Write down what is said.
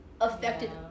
affected